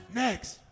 next